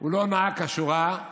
לא נהג כשורה,